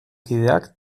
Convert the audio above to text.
kideak